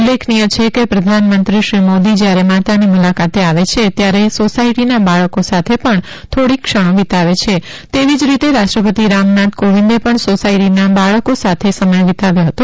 ઉલ્લેખનીય છે કે પ્રધાનમંત્રી શ્રી મોદી જયારે માતાની મુલાકાતે આવે છે ત્યારે સોસાયટીના બાળકો સાથે પણ થોડીક ક્ષણો વિતાવે છે તેવી જ રીતે રાષ્ટ્રપતિ રામનાથ કોવિંદે પણ સોસાયટીના બાળકો સાથે સમય વિતાવ્યો હતો